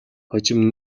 хожим